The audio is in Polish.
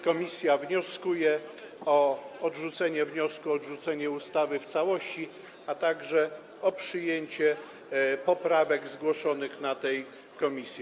Komisja wnioskuje o odrzucenie wniosku o odrzucenie ustawy w całości, a także o przyjęcie poprawek zgłoszonych w komisji.